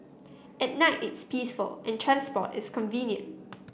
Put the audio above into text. at night it's peaceful and transport is convenient